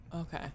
Okay